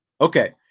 Okay